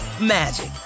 magic